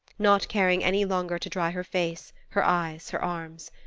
not caring any longer to dry her face, her eyes, her arms.